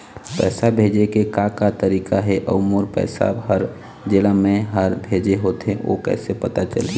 पैसा भेजे के का का तरीका हे अऊ मोर पैसा हर जेला मैं हर भेजे होथे ओ कैसे पता चलही?